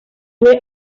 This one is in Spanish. fue